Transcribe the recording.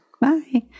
Bye